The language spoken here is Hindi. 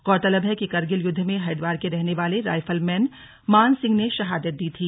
गौरतलब है कि कारगिल युद्ध में हरिद्वार के रहने वाले राइफलमैन मान सिंह ने शहादत दी थी